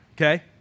okay